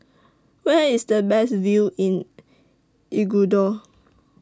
Where IS The Best View in Ecuador